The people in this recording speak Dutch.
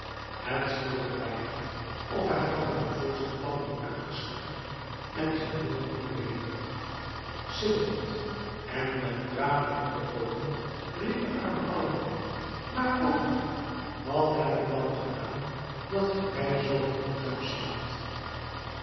het scheelde weinig of hij had hem de voorste tanden uitgeslagen en zijn mond bloedde hevig sidderend en met tranen in de oogen riep de arme aladdin maar oom wat heb ik dan gedaan dat gij mij zoo gruwzaam slaat